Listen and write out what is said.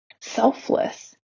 selfless